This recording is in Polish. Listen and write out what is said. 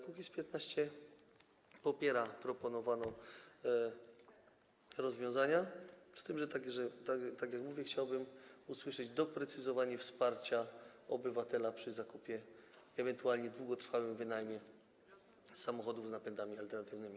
Kukiz’15 popiera proponowane rozwiązania, z tym że także, tak jak mówię, chciałbym usłyszeć o kwestii doprecyzowania wsparcia obywatela przy zakupie, ewentualnie długotrwałym wynajmie samochodów z napędami alternatywnymi.